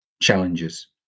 challenges